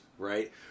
right